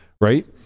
Right